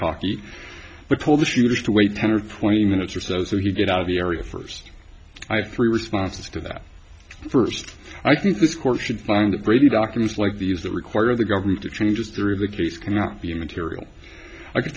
talkie but told the shooters to wait ten or twenty minutes or so so he did out of the area first i have three responses to that first i think this court should find the brady documents like these that require the government to change history the case cannot be material i could